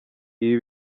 ibi